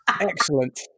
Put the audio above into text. Excellent